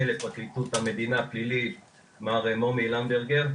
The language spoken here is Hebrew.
לפרקליטות המדינה פלילי מר נוני לנברגר,